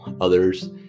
others